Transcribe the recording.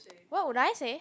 what would I say